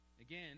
Again